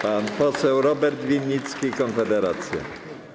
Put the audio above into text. Pan poseł Robert Winnicki, Konfederacja.